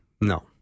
No